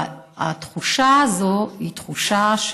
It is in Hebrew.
התחושה הזו היא תחושה,